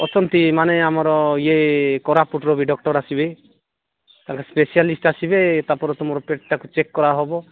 ଅଛନ୍ତି ମାନେ ଆମର ଇଏ କୋରାପୁଟର ବି ଡକ୍ଟର୍ ଆସିବେ ତା'ପରେ ସ୍ପେଶିଆଲିଷ୍ଟ୍ ଆସିବେ ତା'ପରେ ତୁମର ପେଟଟାକୁ ଚେକ୍ କରାହେବ